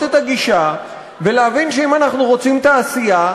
את הגישה ולהבין שאם אנחנו רוצים תעשייה,